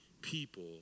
people